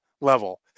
level